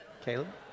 Caleb